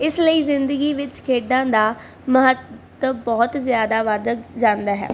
ਇਸ ਲਈ ਜ਼ਿੰਦਗੀ ਵਿੱਚ ਖੇਡਾਂ ਦਾ ਮਹੱਤਵ ਬਹੁਤ ਜ਼ਿਆਦਾ ਵੱਧ ਜਾਂਦਾ ਹੈ